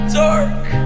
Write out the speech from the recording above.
dark